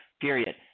period